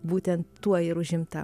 būtent tuo ir užimta